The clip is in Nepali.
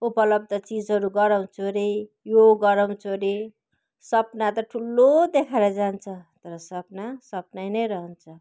उपलब्ध चिजहरू गराउँछु रे यो गराउँछु रे सपना त ठुलो देखाएर जान्छ तर सपना सपनै नै रहन्छ